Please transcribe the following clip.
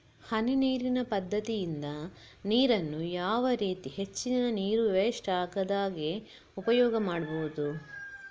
ಹನಿ ನೀರಿನ ಪದ್ಧತಿಯಿಂದ ನೀರಿನ್ನು ಯಾವ ರೀತಿ ಹೆಚ್ಚಿನ ನೀರು ವೆಸ್ಟ್ ಆಗದಾಗೆ ಉಪಯೋಗ ಮಾಡ್ಬಹುದು?